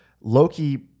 Loki